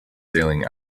sailing